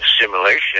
simulation